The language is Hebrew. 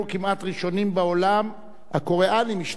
הקוריאנים השתגעו, זאת אומרת ראו אותנו כפיילוט,